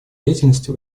деятельности